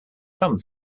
some